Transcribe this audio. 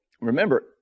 remember